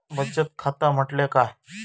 बचत खाता म्हटल्या काय?